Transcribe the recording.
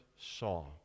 saw